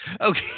Okay